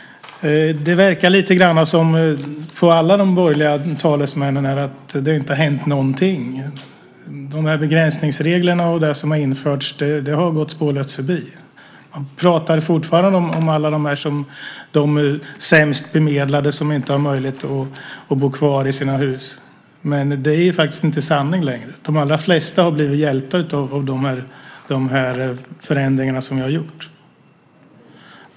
Det verkar på alla borgerliga talesmän lite grann som att det inte har hänt någonting. De här begränsningsreglerna och det som har införts har gått spårlöst förbi. Ni pratar fortfarande om alla de sämst bemedlade som inte har möjlighet att bo kvar i sina hus. Det är faktiskt inte sanning längre. De allra flesta har blivit hjälpta i och med de förändringar som vi har gjort.